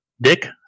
dick